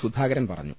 സുധാകരൻ പറഞ്ഞു